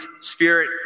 spirit